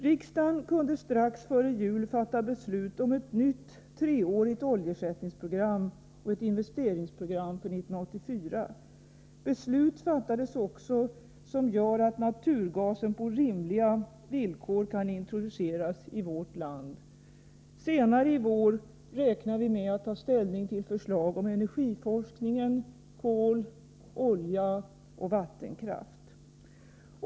Riksdagen kunde strax före jul fatta beslut om ett nytt treårigt oljeersättningsprogram och ett investeringsprogram för 1984. Beslut fattades också som gör att naturgasen på rimliga villkor kan introduceras i vårt land. Vi räknar med att senare i vår ta ställning till förslag om energiforskningen, kol, olja och vattenkraft.